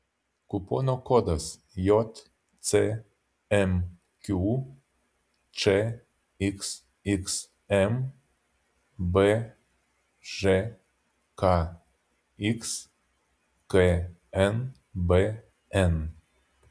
kupono kodas jcmq čxxm bžkx knbn